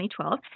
2012